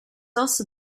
also